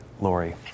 Lori